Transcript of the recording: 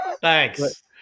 Thanks